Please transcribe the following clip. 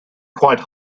quite